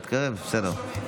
מתקרב, בסדר.